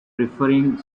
preferring